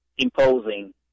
Imposing